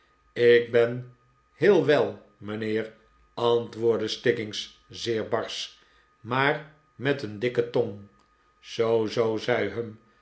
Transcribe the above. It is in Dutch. ik ben heel wel mijnheer antwoordde stiggins zeer barsch maar met een dikke tong zoo zoo zei humm